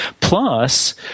Plus